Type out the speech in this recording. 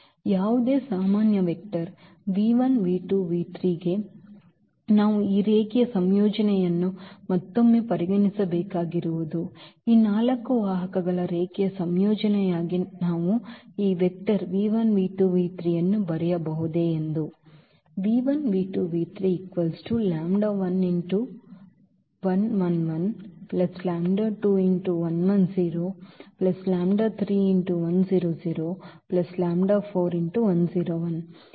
ಯಾವುದೇ ಸಾಮಾನ್ಯ ವೆಕ್ಟರ್ ಗೆ ನಾವು ಈ ರೇಖೀಯ ಸಂಯೋಜನೆಯನ್ನು ಮತ್ತೊಮ್ಮೆ ಪರಿಗಣಿಸಬೇಕಾಗಿರುವುದು ಈ ನಾಲ್ಕು ವಾಹಕಗಳ ರೇಖೀಯ ಸಂಯೋಜನೆಯಾಗಿ ನಾವು ಈ ಅನ್ನು ಬರೆಯಬಹುದೇ ಎಂದು